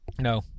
No